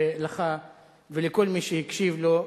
ולך ולכל מי שהקשיב לו,